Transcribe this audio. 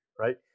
Right